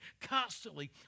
constantly